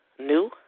new